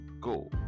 go